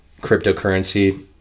cryptocurrency